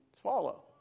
swallow